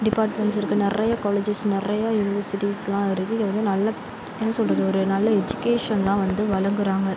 departments இருக்குது நிறையா colleges நிறையா யுனிவர்சிட்டிஸ்யெலாம் இருக்குது இங்கே வந்து நல்ல என்ன சொல்வது ஒரு நல்ல எஜுகேஷனெலாம் வந்து வழங்கிறாங்க